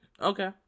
Okay